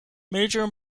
major